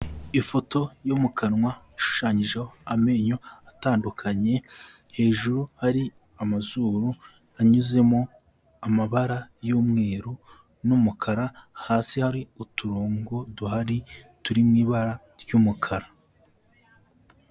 Ifoto yo mu kanwa ishushanyijeho amenyo atandukanye, hejuru hari amazuru anyuzemo amabara y'umweru n'umukara, hasi hari uturongo duhari turi mu ibara ry'umukara.